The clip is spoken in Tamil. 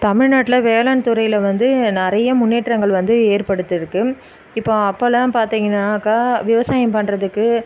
தமிழ்நாட்டில் வேளாண் துறையில் வந்து நிறைய முன்னேற்றங்கள் வந்து ஏற்படுத்தி இருக்கு இப்போ அப்பல்லாம் பார்த்தீங்கன்னாக்கா விவசாயம் பண்ணுறதுக்கு